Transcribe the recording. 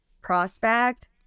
prospect